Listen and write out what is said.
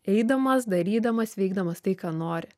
eidamas darydamas veikdamas tai ką nori